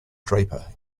draper